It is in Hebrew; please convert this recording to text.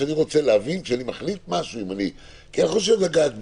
כשאני מחליט משהו אני רוצה להבין אותו.